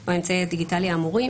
או האמצעי הדיגיטלי האמורים',